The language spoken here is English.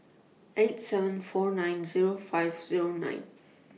eight seven four nine Zero five Zero nine